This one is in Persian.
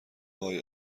وای